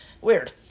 Weird